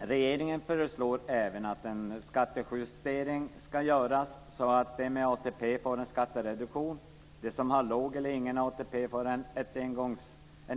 Regeringen föreslår även att en skattejustering ska göras så att de med ATP får en skattereduktion. De som har låg eller ingen ATP får en